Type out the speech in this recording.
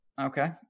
okay